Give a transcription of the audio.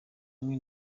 hamwe